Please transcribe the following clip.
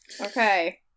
Okay